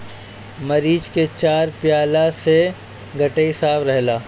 मरीच के चाय पियला से गटई साफ़ रहेला